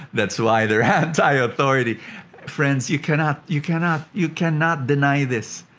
that's why they're anti-authority. friends, you cannot, you cannot, you cannot deny this.